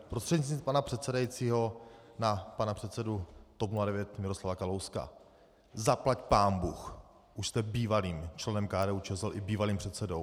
Prostřednictvím pana předsedajícího na pana předsedu TOP 09 Miroslava Kalouska: Zaplať pánbůh už jste bývalým členem KDUČSL i bývalým předsedou!